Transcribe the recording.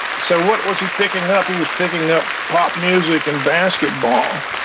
so what was he picking up? he was picking up pop music and basketball.